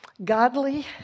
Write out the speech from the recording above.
Godly